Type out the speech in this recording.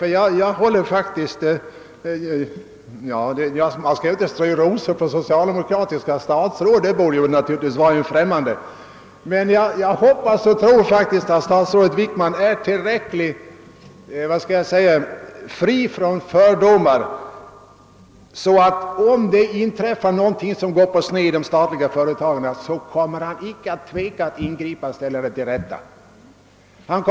Det borde naturligtvis vara mig främmande att strö rosor för socialdemokratiska statsråd, men jag hoppas och tror att statsrådet Wickman är tillräckligt fri från fördomar och att han, om någonting går på sned i de statliga företagen, inte kommer att tveka att ingripa och ställa till rätta det som är fel.